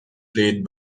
played